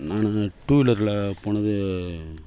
நான் டூவீலரில் போனது